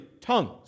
tongues